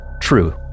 true